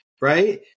right